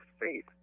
faith